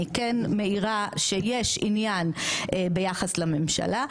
אני כן מעירה שיש עניין ביחס לממשלה,